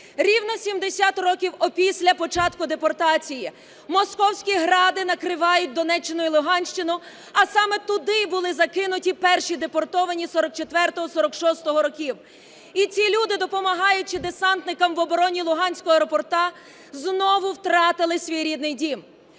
Рівно 70 років опісля початку депортації московські "гради" накривають Донеччину і Луганщину, а саме туди були закинуті перші депортовані 1944-1946 років. І ці люди, допомагаючи десантникам в обороні луганського аеропорту, знову втратили свій рідний дім.